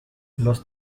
los